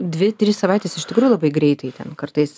dvi tris savaites iš tikrųjų labai greitai ten kartais